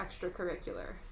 extracurricular